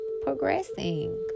progressing